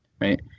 right